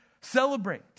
celebrate